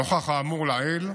נוכח האמור לעיל,